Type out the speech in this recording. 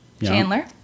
Chandler